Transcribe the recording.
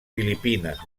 filipines